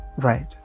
Right